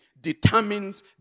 determines